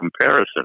comparison